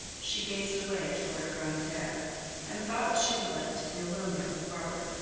she gazed away toward grande terre and thought she would like to be alone there with robert,